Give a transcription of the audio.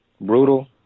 brutal